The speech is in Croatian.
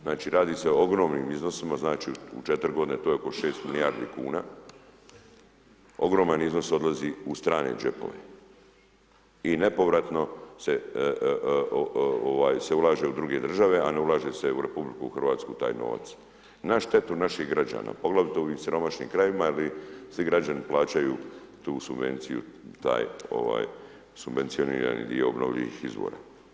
Znači, radi se o ogromnim iznosima, znači, u 4 godine, to je oko 6 milijardi kuna, ogroman iznos odlazi u strane džepove i nepovratno se ulaže u druge države, a ne ulaže se u RH taj novac, na štetu naših građana, poglavito ovim siromašnim krajevima jer svi građani plaćaju tu subvenciju, taj, ovaj subvencionirani dio obnovljivih izvora.